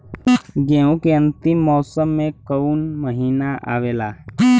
गेहूँ के अंतिम मौसम में कऊन महिना आवेला?